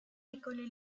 écoles